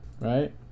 right